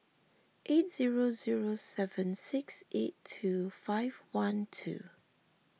eight zero zero seven six eight two five one two